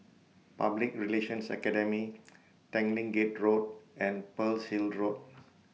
Public Relations Academy Tanglin Gate Road and Pearl's Hill Road